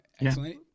Excellent